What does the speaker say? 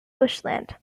bushland